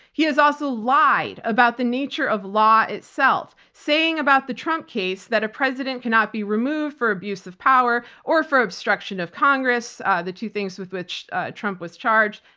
he has also lied about the nature of law itself, saying about the trump case that a president cannot be removed for abuse of power or for obstruction of congress-the two things with which trump was charged.